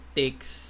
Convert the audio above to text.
takes